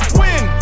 win